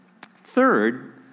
Third